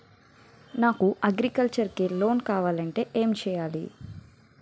నాకు అగ్రికల్చర్ కి లోన్ కావాలంటే ఏం చేయాలి?